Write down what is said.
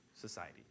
society